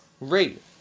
rate